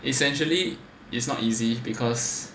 essentially it's not easy because